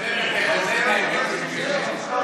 זה "ותחזינה עינינו".